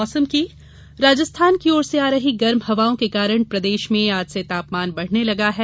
मौसम राजस्थान की ओर से आ रही गर्म हवाओं के कारण प्रदेश में आज से तापमान बढ़ने लगा है